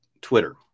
twitter